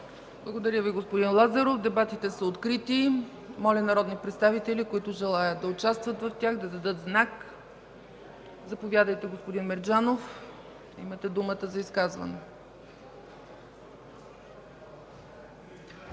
Благодаря Ви, господин Лазаров. Дебатите са открити. Моля народни представители, които желаят да участват в тях, да дадат знак. Заповядайте, господин Мерджанов – имате думата за изказване.